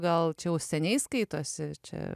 gal čiau seniai skaitosi čia